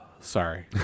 sorry